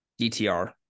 DTR